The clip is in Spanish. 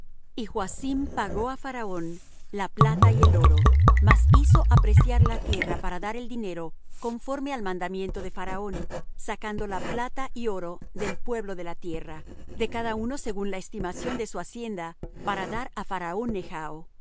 y joacim pagó á faraón la plata y el oro mas hizo apreciar la tierra para dar el dinero conforme al mandamiento de faraón sacando la plata y oro del pueblo de la tierra de cada uno según la estimación de su hacienda para dar á faraón